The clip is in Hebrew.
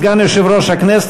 סגן יושב-ראש הכנסת,